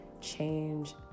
change